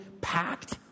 packed